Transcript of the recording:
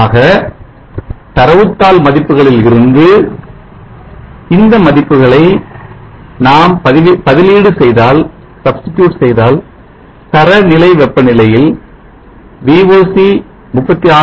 ஆக தரவு தாள் மதிப்புகளில் இருந்து இந்த மதிப்புகளை நாம் பதிலீடு செய்தால் தரநிலை வெப்பநிலையில் VOC 36